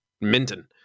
Minton